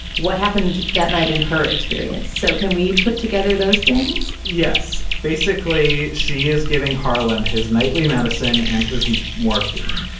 what happened that night in her experience? so can we put together those things? yes. basically, she is giving harlan his nightly medicine and his morphine.